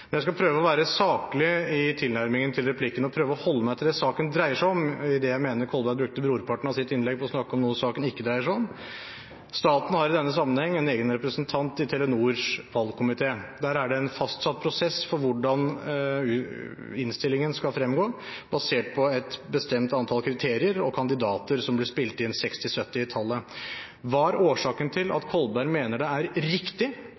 Jeg skal prøve å være saklig i tilnærmingen i replikken og prøve å holde meg til det saken dreier seg om, idet jeg mener at representanten Kolberg brukte brorparten av sitt innlegg til å snakke om noe saken ikke dreier seg om. Staten har i denne sammenheng en egen representant i Telenors valgkomité. Der er det en fastsatt prosess for hvordan innstillingen skal fremgå, basert på et bestemt antall kriterier og kandidater som blir spilt inn, 60–70 i tallet. Hva er årsaken til at representanten Kolberg mener det er riktig